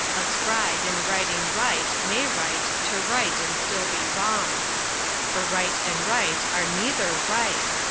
a scribe in writing right may write to write and still be wrong for write and rite are neither right,